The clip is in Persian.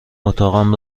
اتاقم